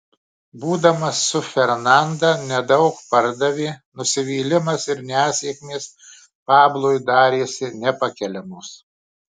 būdamas su fernanda nedaug pardavė nusivylimas ir nesėkmės pablui darėsi nepakeliamos